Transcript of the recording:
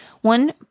One